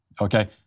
okay